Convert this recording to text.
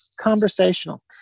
conversational